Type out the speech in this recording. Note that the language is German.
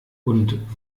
und